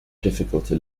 difficulty